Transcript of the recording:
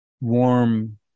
warm